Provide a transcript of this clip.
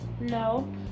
No